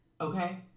Okay